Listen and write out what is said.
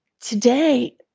Today